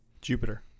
Jupiter